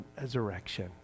resurrection